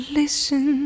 listen